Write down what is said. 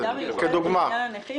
ועדה מיוחדת לענייני הנכים?